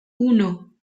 uno